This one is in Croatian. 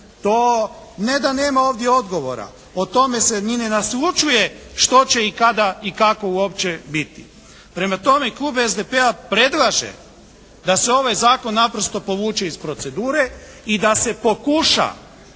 To ne da nema ovdje odgovora, o tome se ni ne naslućuje što će, kada i kako uopće biti. Prema tome, klub SDP-a predlaže da se ovaj zakon naprosto povuče iz procedure i da se pokuša